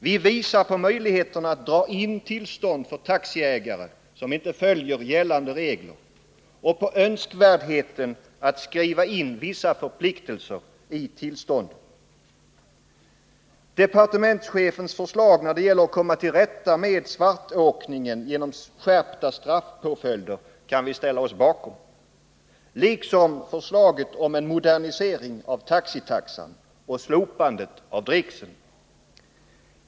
Vi visar på möjligheterna att dra in tillstånd för taxiägare som inte följer gällande regler och på önskvärdheten av att man skriver in vissa förpliktelser i tillstånden. Departementschefens förslag när det gäller att komma till rätta med svartåkningen genom skärpta straffpåföljder kan vi ställa oss bakom, liksom förslaget om en modernisering av taxitaxan och slopandet av dricksen.